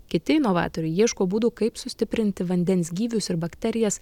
kiti novatoriai ieško būdų kaip sustiprinti vandens gyvius ir bakterijas